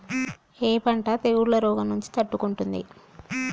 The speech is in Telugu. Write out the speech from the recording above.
ఏ పంట తెగుళ్ల రోగం నుంచి తట్టుకుంటుంది?